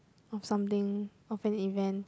of something of an event